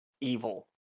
evil